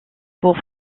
pour